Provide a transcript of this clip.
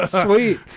sweet